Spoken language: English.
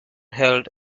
held